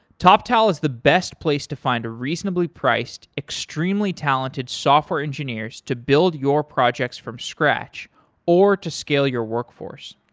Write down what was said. toptal is the best place to find reasonably priced, extremely talented software engineers to build your projects from scratch or to skill your workforce.